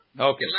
Okay